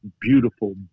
beautiful